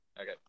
Okay